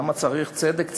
למה צריך "צדק צדק"?